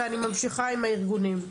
פרקליטות.